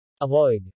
Avoid